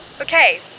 Okay